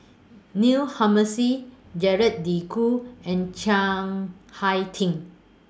Neil Humphreys Gerald De Cruz and Chiang Hai Ding